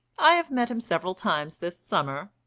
i have met him several times this summer,